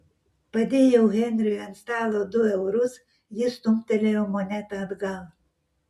padėjau henriui ant stalo du eurus jis stumtelėjo monetą atgal